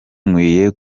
nkwiye